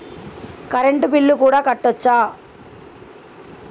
Current bill కూడా కట్టొచ్చా?